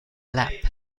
lap